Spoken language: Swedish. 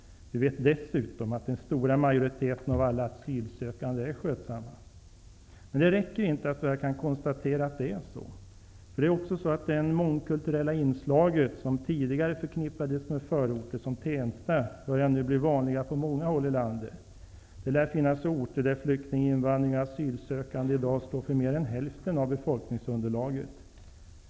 Vi vet dessutom att den stora majoriteten av alla asylsökande är skötsamma. Men det räcker inte att vi kan konstatera att det är så. Det mångkulturella inslag som tidigare förknippades med förorter som Tensta börjar nu bli vanligt på många håll i landet. Det lär finnas orter där flyktinginvandrare och asylsökande i dag står för mer än hälften av befolkningsunderlaget.